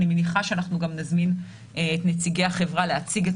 אני מניחה שאנחנו גם נזמין את נציגי החברה להציג את